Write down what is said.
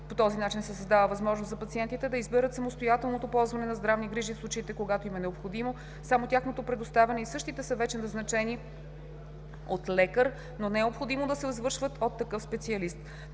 По този начин се създава възможност за пациентите да изберат самостоятелното ползване на здравни грижи в случаите, когато им е необходимо само тяхното предоставяне и същите са вече назначени от лекар, но не е необходимо да се извършват от такъв специалист.